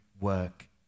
work